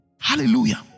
Hallelujah